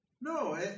No